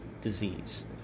disease